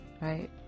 right